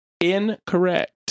Incorrect